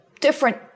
different